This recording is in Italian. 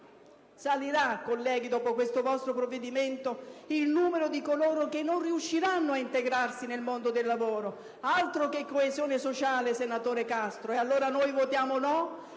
salire dopo questo vostro provvedimento il numero di coloro che non riusciranno ad integrarsi nel mondo del lavoro: altro che coesione sociale, senatore Castro. Allora noi votiamo no,